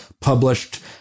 published